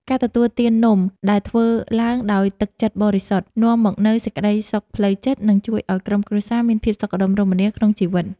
ការទទួលទាននំដែលធ្វើឡើងដោយទឹកចិត្តបរិសុទ្ធនាំមកនូវសេចក្តីសុខផ្លូវចិត្ត និង ជួយឱ្យក្រុមគ្រួសារមានភាពសុខដុមរមនាក្នុងជីវិត។